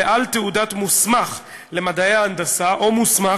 "בעל תעודת מוסמך למדעי ההנדסה או מוסמך